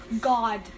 God